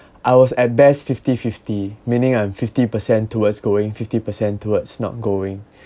I was at best fifty fifty meaning I'm fifty percent towards going fifty percent towards not going